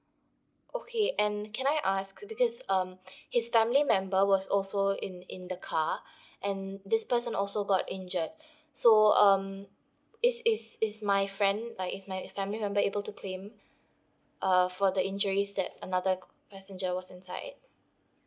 okay and can I ask because um his family member was also in in the car and this person also got injured so um is is is my friend like is my family member able to claim uh for the injuries that another passenger was inside